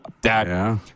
Dad